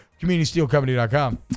communitysteelcompany.com